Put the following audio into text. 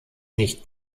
nicht